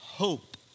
hope